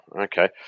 Okay